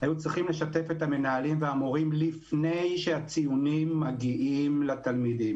היו צריכים לשתף את המנהלים והמורים לפני שהציונים מגיעים לתלמידים